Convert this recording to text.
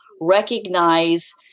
recognize